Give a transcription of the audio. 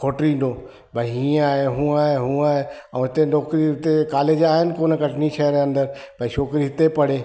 खोटिंदो भई हीअं आहे हूअं आहे हूअ आहे ऐं हिते नौकिरी हिते कालेज आहिनि कोन्ह कटनी शहर जे अंदरि छोकिरी हिते पढ़े